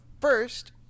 first